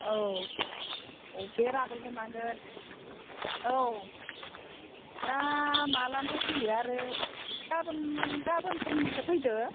औ बेराबो होनांगोन औ दा मालानिफ्राय फैयो आरो गाबोन गाबोनफोरनिफ्राय फैदो